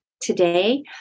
today